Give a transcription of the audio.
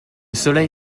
soleil